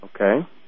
Okay